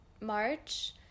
March